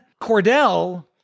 Cordell